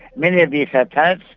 many of these have planets,